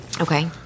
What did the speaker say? okay